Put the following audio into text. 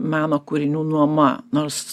meno kūrinių nuoma nors